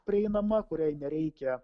prieinama kuriai nereikia